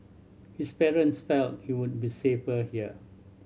his parents felt he would be safer here